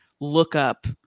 lookup